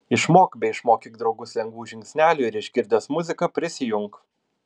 išmok bei išmokyk draugus lengvų žingsnelių ir išgirdęs muziką prisijunk